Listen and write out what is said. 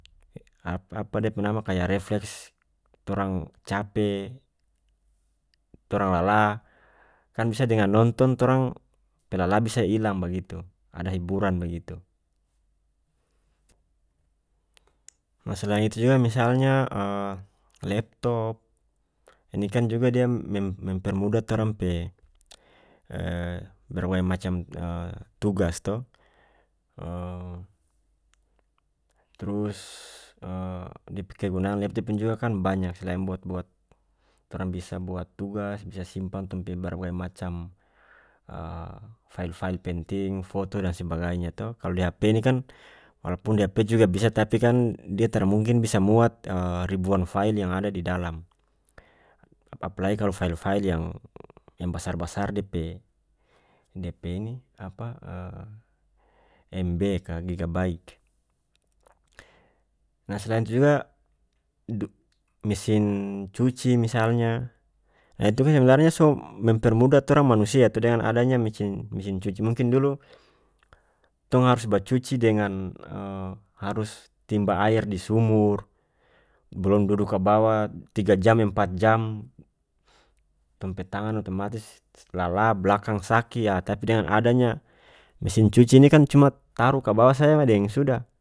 E apa-apa dia pe nama kaya refles torang cape torang lalah kan bisa dengan nonton torang pe lalah bisa ilang bagitu ada hiburan bagitu selain itu juga misalnya leptop ini kan juga dia mem- mempermudah torang pe berbagai macam tugas to trus dia pe kegunaan leptop ini juga kan banyak selain buat-buat torang bisa buat tugas bisa simpan tong pe berbagi macam fail-fail penting foto dan sebagainya to kalu di hp ini kan walaupun di hp juga bisa tapi kan dia tara mungkin bisa muat ribuan fail yang ada di dalam apalagi kalu fail-fail yang- yang basar-basar dia pe dia pe ini apa mb ka giga baik nah selain itu juga du mesin cuci misalnya ah itu kan sebenarnya so mempermudah torang manusia to dengan adanya mecin- mesin cuci mungkin dulu tong harus bacuci dengan harus timba aer di sumur blom dudu kabawa tiga jam empat jam tong pe tangan otomatis lalah blakang saki yah tapi dengan adanya mesin cuci ini kan cumat taru kabawa saja me deng sudah.